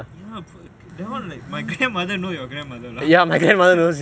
you know that [one] like my grandmother know your grandmother lah